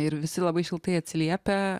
ir visi labai šiltai atsiliepia